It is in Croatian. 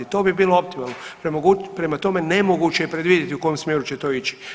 To bi bilo optimalno, prema tome, nemoguće je predvidjeti u kojem smjeru će to ići.